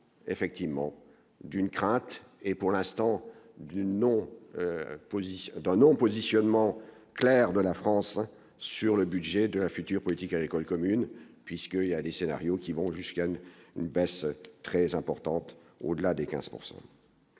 effectivement d'une crainte et pour l'instant d'une non-position d'un non-positionnement clair de la France sur le budget de la future politique agricole commune, puisque il y a des scénarios qui vont jusqu'à une baisse très importante, au-delà des 15